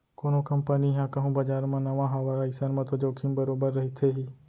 कोनो कंपनी ह कहूँ बजार म नवा हावय अइसन म तो जोखिम बरोबर रहिथे ही